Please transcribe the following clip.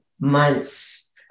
months